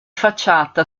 facciata